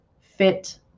fit